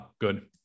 Good